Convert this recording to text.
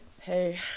Hey